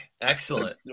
Excellent